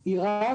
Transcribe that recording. עירק,